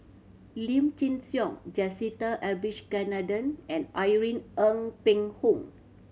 Lim Chin Siong Jacintha Abisheganaden and Irene Ng Phek Hoong